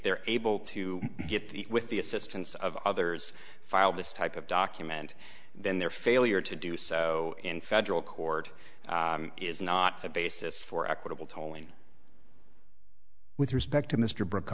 they're able to get the with the assistance of others file this type of document then their failure to do so in federal court is not a basis for equitable tolling with respect to mr bro